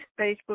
Facebook